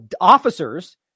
officers